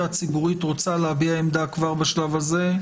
הציבורית רוצה להביע עמדה כבר בשלב הזה,